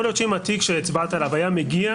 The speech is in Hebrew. להיות שאם התיק שהצבעת עליו היה מגיע,